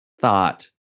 thought